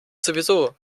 sowieso